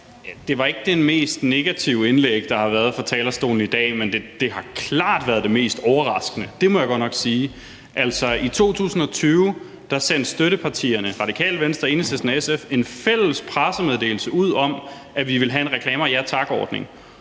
Det var ikke det mest negative indlæg, der har været fra talerstolen i dag, men det har klart været det mest overraskende. Det må jeg godt nok sige. I 2020 sendte støttepartierne, Radikale Venstre, Enhedslisten og SF, en fælles pressemeddelelse ud om, at vi vil have en Reklamer Ja Tak-ordning.